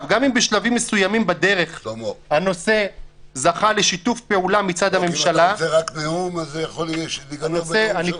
אם אתה רוצה רק נאום אז זה יכול להיגמר בתור שלך.